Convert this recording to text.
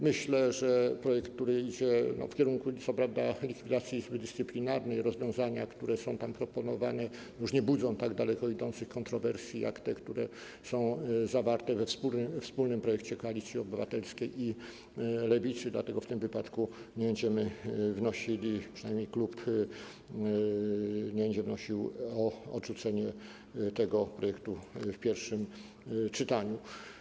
Myślę, że projekt idzie co prawda w kierunku likwidacji Izby Dyscyplinarnej, ale rozwiązania, które są tam proponowane, już nie budzą tak daleko idących kontrowersji jak te, które są zawarte we wspólnym projekcie Koalicji Obywatelskiej i Lewicy, dlatego w tym wypadku nie będziemy wnosili, przynajmniej klub nie będzie wnosił, o odrzucenie tego projektu w pierwszym czytaniu.